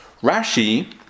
Rashi